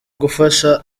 gufasha